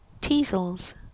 teasels